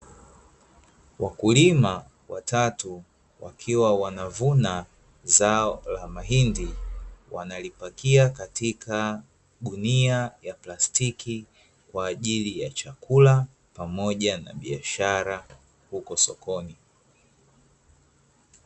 Wakulima watatu wakiwa wanavuna zao la mahindi, wanalipakia katika gunia la plastiki kwa ajili ya chakula, pamoja na biashara huko sokoni.